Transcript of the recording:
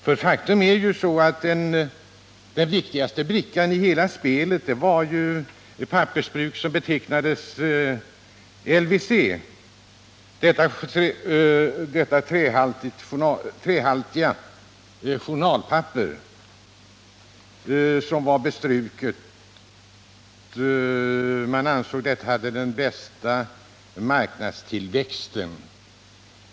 Faktum är att den viktigaste brickan i hela spelet var det pappersbruk som betecknades LWC -— ett bruk för det trähaltiga, bestrukna journalpappret LWC. Det ansågs att det pappret hade den bästa marknadstillväxten.